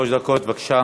שלוש דקות, בבקשה.